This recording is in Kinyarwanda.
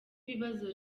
ibibazo